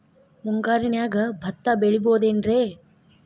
ಮುಂಗಾರಿನ್ಯಾಗ ಭತ್ತ ಬೆಳಿಬೊದೇನ್ರೇ?